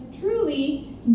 truly